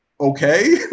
okay